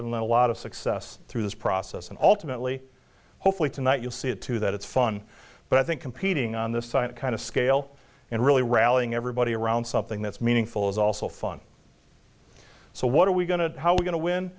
and a lot of success through this process and ultimately hopefully tonight you'll see it too that it's fun but i think competing on this side kind of scale and really rallying everybody around something that's meaningful is also fun so what are we going to how we